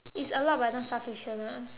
it's a lot but not sufficient ah